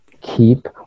Keep